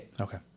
Okay